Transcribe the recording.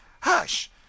hush